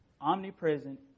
omnipresent